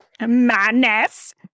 Madness